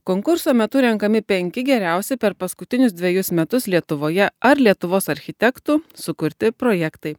konkurso metu renkami penki geriausi per paskutinius dvejus metus lietuvoje ar lietuvos architektų sukurti projektai